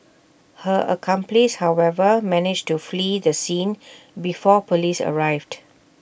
her accomplice however managed to flee the scene before Police arrived